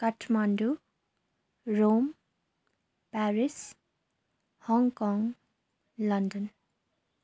Kathmandu Rome Paris Hong Kong London